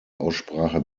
aussprache